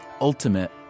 ultimate